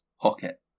pocket